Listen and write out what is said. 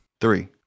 Three